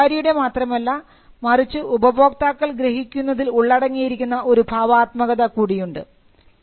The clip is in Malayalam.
ഇത് വ്യാപാരിയുടെ മാത്രമല്ല മറിച്ച് ഉപഭോക്താക്കൾ ഗ്രഹിക്കുന്നതിൽ ഉള്ളടങ്ങിയിരിക്കുന്ന ഒരു ഭാവാത്മകത കൂടിയുണ്ട്